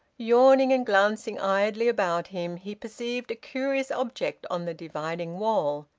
yawning and glancing idly about him, he perceived a curious object on the dividing wall.